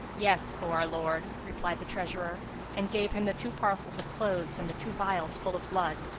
yes, o our lord, replied the treasurer and gave him the two parcels of clothes and the two vials full of blood.